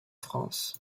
france